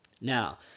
Now